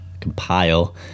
compile